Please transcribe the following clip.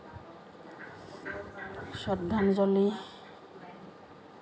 শ্ৰদ্ধাঞ্জলি